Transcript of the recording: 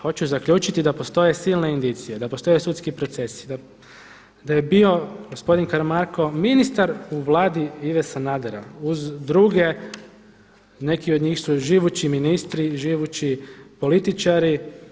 Hoću zaključiti da postoje silne indicije, da postoje sudski procesi, da je bio gospodin Karamarko ministar u Vladi Ive Sanadera uz druge, neki od njih su živući ministri i živući političari.